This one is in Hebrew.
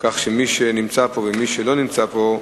כך שלמי שנמצא פה ולמי שלא נמצא פה,